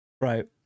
right